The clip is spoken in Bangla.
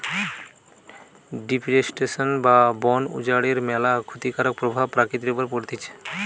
ডিফরেস্টেশন বা বন উজাড়ের ম্যালা ক্ষতিকারক প্রভাব প্রকৃতির উপর পড়তিছে